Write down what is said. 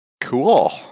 Cool